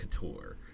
Couture